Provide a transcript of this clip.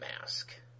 mask